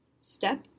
step